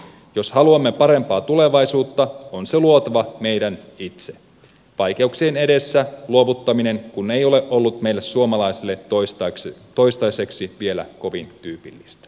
jos haluamme parempaa tulevaisuutta on se luotava meidän itse vaikeuksien edessä luovuttaminen kun ei ole ollut meille suomalaisille toistaiseksi vielä kovin tyypillistä